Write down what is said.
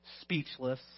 Speechless